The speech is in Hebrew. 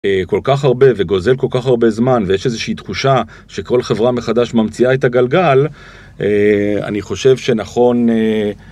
כל כך הרבה, וגוזל כל כך הרבה זמן, ויש איזושהי תחושה שכל חברה מחדש ממציאה את הגלגל, אני חושב שנכון...